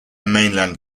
mainland